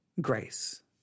grace